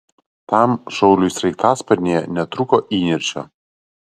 tam šauliui sraigtasparnyje netrūko įniršio